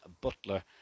Butler